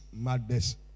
madness